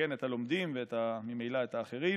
ומסכן את הלומדים, וממילא את האחרים.